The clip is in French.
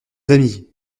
amis